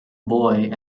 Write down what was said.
boy